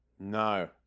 No